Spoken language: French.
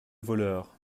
voleur